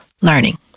learning